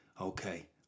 Okay